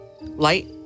light